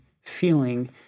feeling